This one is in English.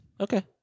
okay